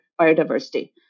biodiversity